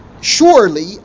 surely